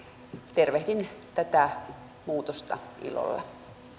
tervehdin tätä muutosta ilolla